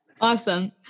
Awesome